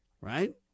right